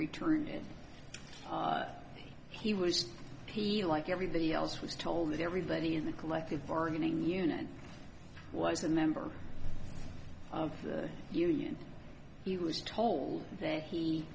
return and he was he like everybody else was told that everybody in the collective bargaining unit was a member of the union he was told they he